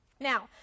Now